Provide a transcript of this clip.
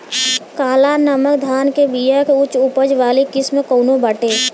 काला नमक धान के बिया के उच्च उपज वाली किस्म कौनो बाटे?